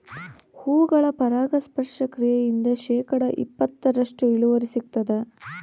ಹೂಗಳ ಪರಾಗಸ್ಪರ್ಶ ಕ್ರಿಯೆಯಿಂದ ಶೇಕಡಾ ಇಪ್ಪತ್ತರಷ್ಟು ಇಳುವರಿ ಹೆಚ್ಚಾಗ್ತದ